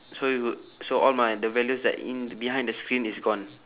so it would so all my the values that in behind the screen is gone